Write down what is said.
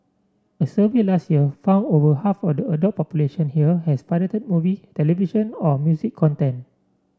a survey last year found over half of the adult population here has pirated movie television or music content